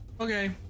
okay